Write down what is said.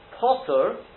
Potter